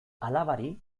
alabari